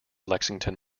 lexington